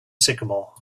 sycamore